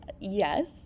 Yes